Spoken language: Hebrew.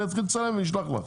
אתחיל לצלם ואשלח לך.